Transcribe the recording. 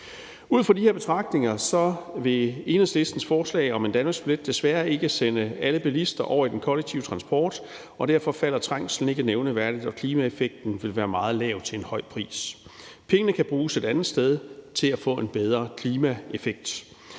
Ud fra de her betragtninger vil Enhedslistens forslag om en danmarksbillet desværre ikke sende alle bilister over i den kollektive transport, og derfor falder trængslen ikke nævneværdigt, og klimaeffekten vil være meget lav til en høj pris. Pengene kan bruges et andet sted til at få en bedre klimaeffekt.